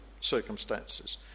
circumstances